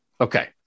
Okay